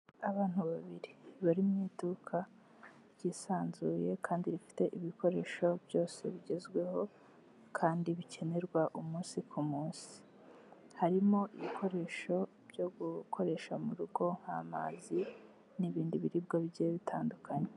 Abantu babiri bari mu iduka ryisanzuye kandi rifite ibikoresho byose bigezweho, kandi bikenerwa umunsi ku munsi. Harimo ibikoresho byo gukoresha mu rugo nk'amazi n'ibindi biribwa bigiye bitandukanye.